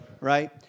right